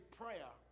prayer